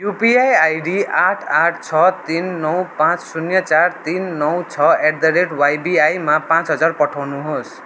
UPI ID आठ आठ छ तिन नौ पाँच शून्य चार तिन नौ छ एट द रेट वाइबिआईमा पाँच हजार पठाउनुहोस्